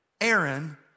Aaron